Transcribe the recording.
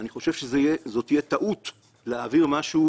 אני חושב שזו תהיה טעות להעביר משהו